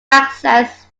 access